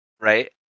Right